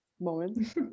moment